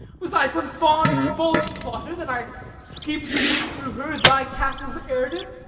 was i some fond false plotter, that i schemed to win through her thy castle's heirdom?